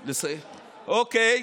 אוקיי.